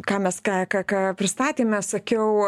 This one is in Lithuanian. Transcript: ką mes ką ką ką pristatėme sakiau